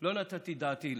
לא נתתי את דעתי לזה,